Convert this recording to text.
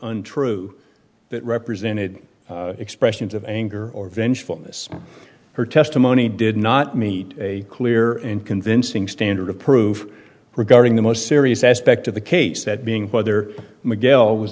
untrue that represented expressions of anger or vengefulness her testimony did not meet a clear and convincing standard of proof regarding the most serious aspect of the case that being whether mcgill was